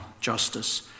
justice